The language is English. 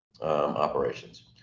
operations